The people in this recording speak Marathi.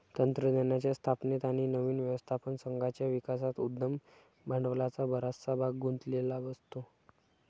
तंत्रज्ञानाच्या स्थापनेत आणि नवीन व्यवस्थापन संघाच्या विकासात उद्यम भांडवलाचा बराचसा भाग गुंतलेला असतो